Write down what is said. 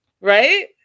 Right